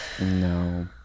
No